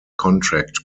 contract